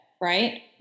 Right